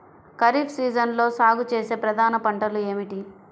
ఖరీఫ్ సీజన్లో సాగుచేసే ప్రధాన పంటలు ఏమిటీ?